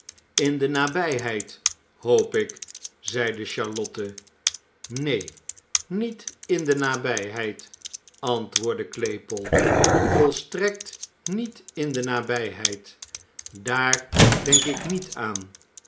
in de nabijheid hoop ik zeide charlotte neen niet in de nabijheid antwoordde claypole volstrekt niet in de nabijheid daar denk ik niet aan